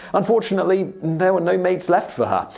unfortunately, there were no mates left for her.